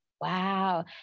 wow